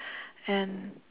and